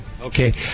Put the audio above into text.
Okay